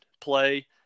play